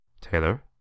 Taylor